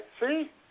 See